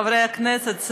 חברי הכנסת,